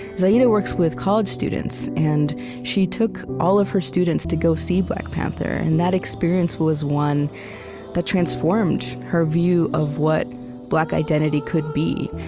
zahida works with college students, and she took all of her students to go see black panther and that experience was one that transformed her view of what black identity could be.